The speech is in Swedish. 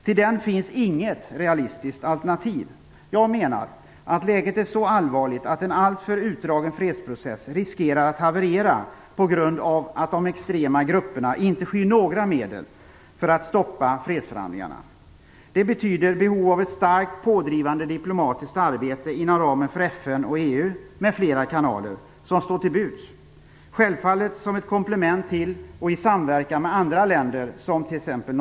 Till den finns inget realistiskt alternativ. Jag menar att läget är så allvarligt att en alltför utdragen fredsprocess riskerar att haverera på grund av att de extrema grupperna inte skyr några medel för att stoppa fredsförhandlingarna. Det betyder behov av ett starkt pådrivande diplomatiskt arbete inom ramen för FN och EU m.fl. kanaler som står till buds, självfallet som ett komplement till och i samverkan med andra länder, t.ex.